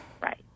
right